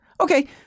Okay